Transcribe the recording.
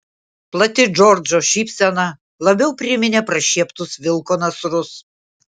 plati džordžo šypsena labiau priminė prašieptus vilko nasrus